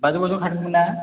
बाजौ बाजौ खांदोंमोन ना